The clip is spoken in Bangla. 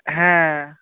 হ্যাঁ